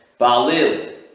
Baalil